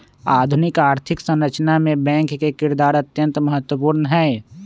आधुनिक आर्थिक संरचना मे बैंक के किरदार अत्यंत महत्वपूर्ण हई